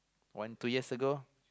one two years ago